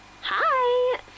Hi